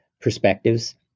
perspectives